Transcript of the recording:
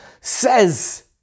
Says